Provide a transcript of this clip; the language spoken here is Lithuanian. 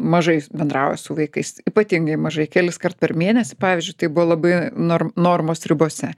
mažai bendrauja su vaikais ypatingai mažai keliskart per mėnesį pavyzdžiui tai buvo labai norm normos ribose